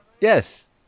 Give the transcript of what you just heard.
Yes